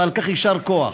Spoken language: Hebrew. ועל כך יישר כוח,